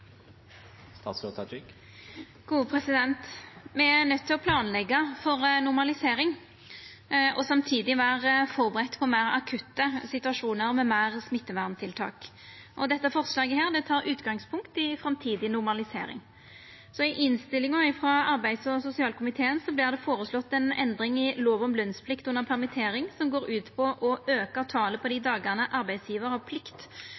til å planleggja for normalisering og samtidig vera førebudde på meir akutte situasjonar med meir smitteverntiltak. Dette forslaget tek utgangspunkt i framtidig normalisering. I innstillinga frå arbeids- og sosialkomiteen vert det føreslått ei endring i lov om lønsplikt under permittering som går ut på å auka talet på dei dagane arbeidsgjevar har plikt